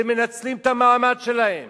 ומנצלים את המעמד שלהם